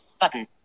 Button